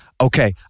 okay